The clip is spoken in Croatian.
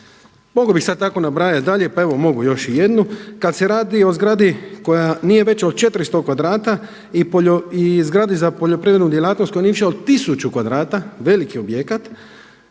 Mogao bih sad tako nabrajati dalje, pa evo mogu još i jednu. Kad se radi o zgradi koja nije veća od 400 kvadrata i zgradi za poljoprivrednu djelatnost koja nije više od tisuću kvadrata veliki objekat,